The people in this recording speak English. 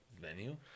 venue